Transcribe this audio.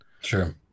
Sure